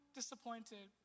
disappointed